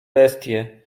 bestie